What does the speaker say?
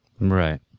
right